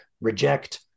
reject